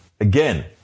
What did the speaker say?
Again